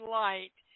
light